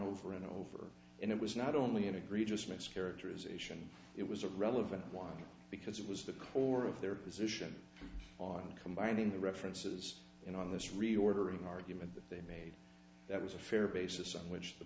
over and over and it was not only an egregious mischaracterization it was a relevant one because it was the core of their position on combining the references in on this reordering argument that they made that was a fair basis on which the